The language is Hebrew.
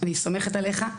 אני סומכת עליך.